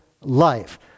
life